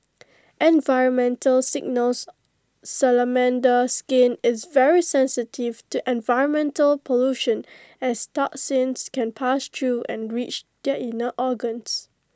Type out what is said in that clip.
environmental signals Salamander skin is very sensitive to environmental pollution as toxins can pass through and reach their inner organs